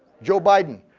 joe biden,